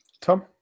Tom